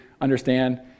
understand